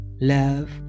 love